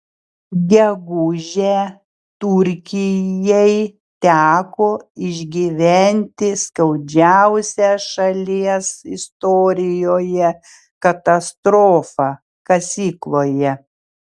gegužę turkijai teko išgyventi skaudžiausią šalies istorijoje katastrofą kasykloje